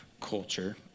culture